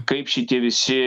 kaip šitie visi